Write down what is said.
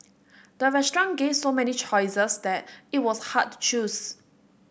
the restaurant gave so many choices that it was hard to choose